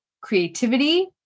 creativity